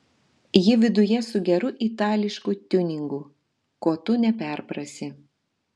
ji viduje su geru itališku tiuningu ko tu neperprasi